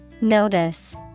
Notice